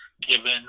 given